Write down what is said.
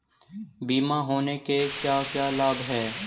बीमा होने के क्या क्या लाभ हैं?